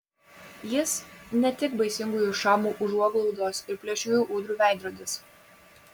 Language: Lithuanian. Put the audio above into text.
jis ne tik baisingųjų šamų užuoglaudos ir plėšriųjų ūdrų veidrodis